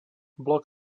blok